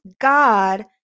God